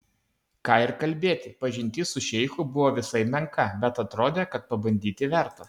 ką ir kalbėti pažintis su šeichu buvo visai menka bet atrodė kad pabandyti verta